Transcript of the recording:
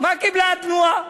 מה קיבלה התנועה.